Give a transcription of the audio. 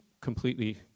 completely